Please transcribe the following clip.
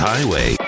Highway